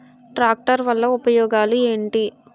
Tractor వల్ల ఉపయోగాలు ఏంటీ?